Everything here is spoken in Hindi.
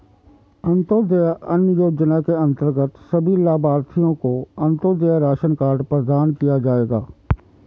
अंत्योदय अन्न योजना के अंतर्गत सभी लाभार्थियों को अंत्योदय राशन कार्ड प्रदान किया जाएगा